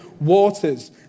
waters